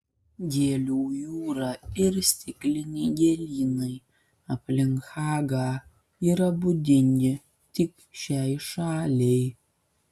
gėlių jūra ir stikliniai gėlynai aplink hagą yra būdingi tik šiai šaliai